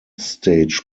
stage